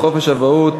חופשת אבהות),